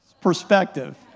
Perspective